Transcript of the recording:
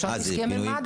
יש לנו הסכם עם מד"א.